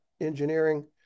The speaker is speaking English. engineering